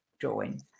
join